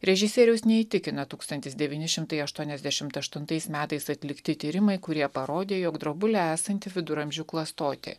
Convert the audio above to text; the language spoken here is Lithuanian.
režisieriaus neįtikina tūkstantis devyni šimtai aštuoniasdešimt aštuntais metais atlikti tyrimai kurie parodė jog drobulė esanti viduramžių klastotė